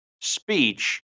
speech